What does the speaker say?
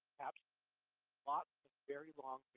caption lots of very long